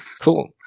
cool